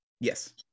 Yes